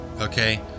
Okay